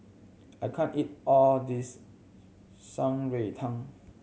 I can't eat all this Shan Rui Tang